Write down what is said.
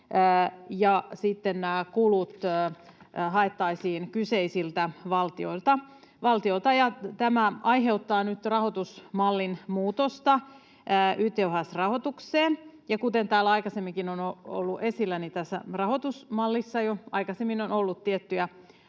sitten nämä kulut haettaisiin kyseisiltä valtioilta, ja tämä aiheuttaa nyt rahoitusmallin muutoksen YTHS-rahoitukseen. Ja kuten täällä aikaisemminkin on ollut esillä, tässä rahoitusmallissa jo aikaisemmin on ollut tiettyjä